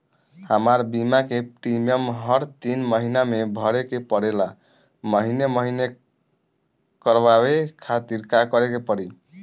हमार बीमा के प्रीमियम हर तीन महिना में भरे के पड़ेला महीने महीने करवाए खातिर का करे के पड़ी?